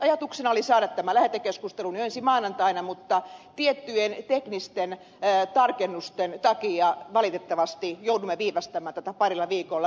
ajatuksena oli saada tämä lähetekeskustelu jo ensi maanantaiksi mutta tiettyjen teknisten tarkennusten takia valitettavasti joudumme viivästämään tätä parilla viikolla